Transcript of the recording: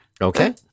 Okay